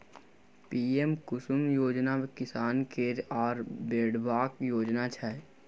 PM Kusum योजना किसान केर आय बढ़ेबाक योजना छै